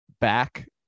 back